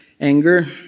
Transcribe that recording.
anger